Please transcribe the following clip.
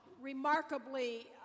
remarkably